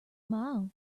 mile